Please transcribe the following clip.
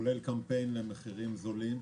כולל קמפיין למחירים זולים.